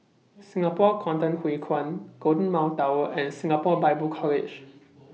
Singapore Kwangtung Hui Kuan Golden Mile Tower and Singapore Bible College